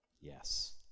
yes